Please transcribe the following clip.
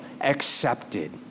accepted